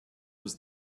was